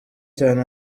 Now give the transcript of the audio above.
cyane